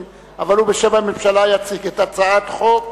אבל בשם הממשלה הוא יציג את הצעת חוק